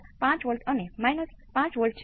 બેને એકમાં અવલોકન કરી શકાય છે